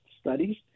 studies